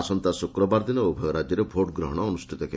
ଆସନ୍ତା ଶୁକ୍ରବାର ଦିନ ଉଭୟ ରାଜ୍ୟରେ ଭୋଟ୍ ଗ୍ରହଣ ଅନୁଷ୍ଠିତ ହେବ